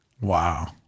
Wow